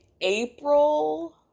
April